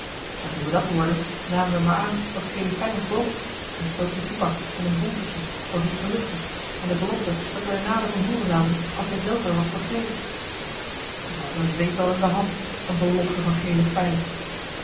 en toen we dat hoorden namen we maar aan wat gele fij ons bood een soopje toeback met een bonkesje voor wie t gelustte en de belofte dat wij er nader van hooren zouden als zij zelve er wat voor kreeg dat's eene zeepbel in de hand eene belofte van gele fij